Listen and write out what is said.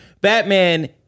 Batman